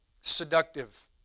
Seductive